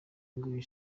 nguyu